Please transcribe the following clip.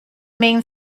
main